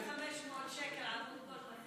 עכשיו, המדינה, 500 שקל על כל מסכה.